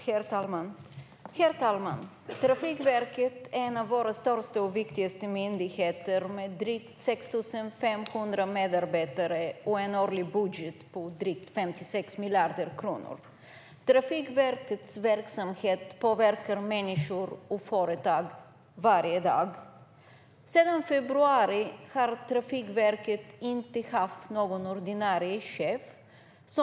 Herr talman! Trafikverket är en av våra största och viktigaste myndigheter med drygt 6 500 medarbetare och en årlig budget på drygt 56 miljarder kronor. Trafikverkets verksamhet påverkar människor och företag varje dag. Sedan februari har Trafikverket inte haft någon ordinarie chef.